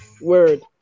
Word